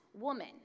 woman